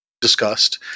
discussed